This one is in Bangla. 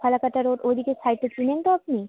ফালাকাটা রোড ওই দিকের সাইডটা চেনেন তো আপনি